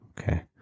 Okay